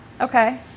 Okay